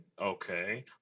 Okay